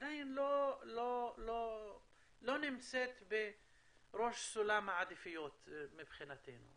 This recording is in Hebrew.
עדיין לא נמצאים בראש סולם העדיפויות מבחינתנו.